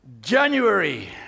January